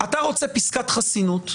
אתה רוצה פסקת חסינות.